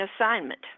assignment